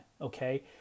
okay